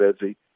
busy